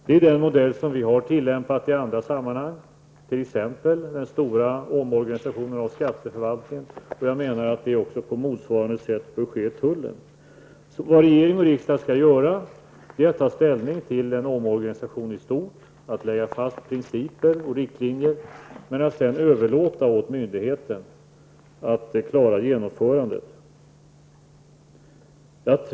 Det är den modell som vi har tillämpat i andra sammanhang, t.ex. vid den stora omorganisationen av skatteförvaltningen. Och jag menar att det också på motsvarande sätt bör ske när det gäller tullen. Vad regering och riksdag skall göra är att ta ställning till en omorganisation i stort, att lägga fast principer och riktlinjer, men att sedan överlåta åt myndigheten att klara genomförandet.